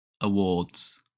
Awards